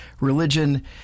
religion